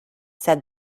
said